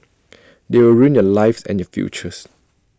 they will ruin your lives and your future